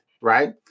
right